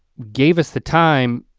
gave us the time,